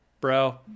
bro